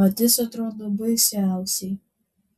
mat jis atrodo baisiausiai